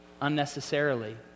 unnecessarily